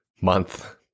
month